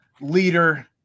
leader